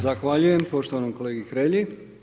Zahvaljujem poštovanom kolegi Hrelji.